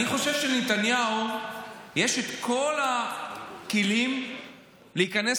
אני חושב שלנתניהו יש את כל הכלים להיכנס